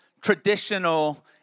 traditional